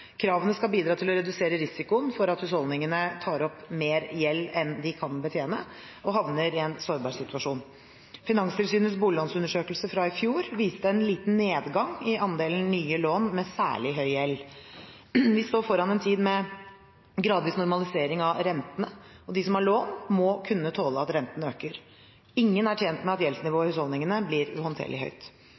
Kravene skal bidra til å redusere risikoen for at husholdningene tar opp mer gjeld enn de kan betjene, og havner i en sårbar situasjon. Finanstilsynets boliglånsundersøkelse fra i fjor viste en liten nedgang i andelen nye lån med særlig høy gjeld. Vi står foran en tid med gradvis normalisering av rentene. De som har lån, må kunne tåle at renten øker. Ingen er tjent med at gjeldsnivået i husholdningene blir uhåndterlig høyt.